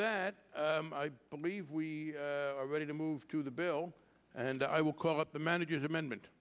that i believe we are ready to move to the bill and i will call up the manager's amendment